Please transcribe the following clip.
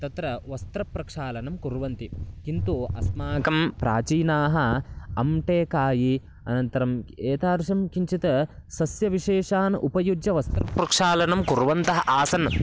तत्र वस्त्रप्रक्षालनं कुर्वन्ति किन्तु अस्माकं प्राचीनाः अम्टेकायी अनन्तरम् एतादृशं किञ्चित् सस्यविशेषान् उपयुज्य वस्त्रप्रक्षालनं कुर्वन्तः आसन्